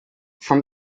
from